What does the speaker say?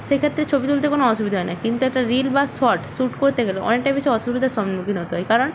সেক্ষেত্রে ছবি তুলতে কোনো অসুবিধে হয় না কিন্তু একটা রিল বা শট শুট করতে গেলেও অনেকটা বেশি অসুবিধার সম্মুখীন হতে হয় কারণ